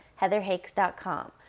heatherhakes.com